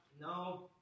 no